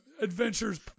adventures